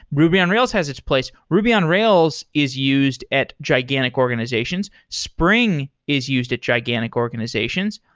ruby on rails has its place. ruby on rails is used at gigantic organizations. spring is used at gigantic organizations.